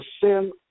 sin